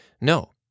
No